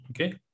okay